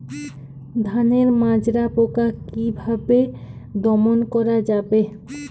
ধানের মাজরা পোকা কি ভাবে দমন করা যাবে?